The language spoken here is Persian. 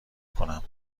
کنم